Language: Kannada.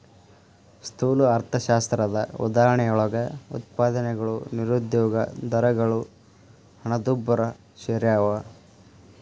ಸ್ಥೂಲ ಅರ್ಥಶಾಸ್ತ್ರದ ಉದಾಹರಣೆಯೊಳಗ ಉತ್ಪಾದನೆಗಳು ನಿರುದ್ಯೋಗ ದರಗಳು ಹಣದುಬ್ಬರ ಸೆರ್ಯಾವ